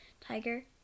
tiger